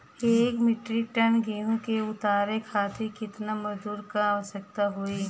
एक metric ton गेहूँ के उतारे खातीर कितना मजदूर क आवश्यकता होई?